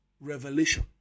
Revelation